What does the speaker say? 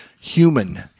human